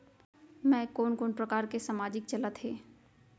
मैं कोन कोन प्रकार के सामाजिक चलत हे?